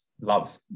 love